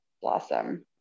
blossom